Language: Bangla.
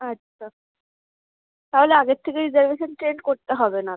আচ্ছা তাহলে আগের থেকে রিজার্ভেশান ট্রেন করতে হবে না